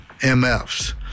MFs